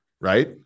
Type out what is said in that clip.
right